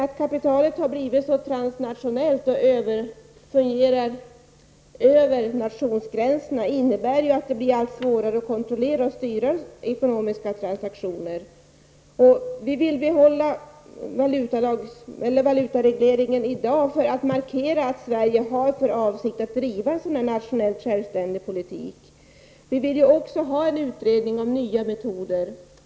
Att kapitalet har blivit så transnationellt och fungerar över nationsgränserna innebär att det blir allt svårare att kontrollera och styra internationella transaktioner. Vi vill i dag behålla valutaregleringen för att markera att Sverige har för avsikt att driva en nationellt självständig politik. Vi vill också ha en utredning om nya metoder.